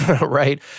right